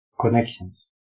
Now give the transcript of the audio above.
connections